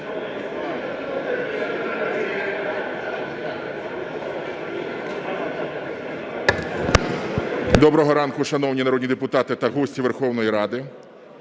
Доброго ранку, шановні народні депутати та гості Верховної Ради!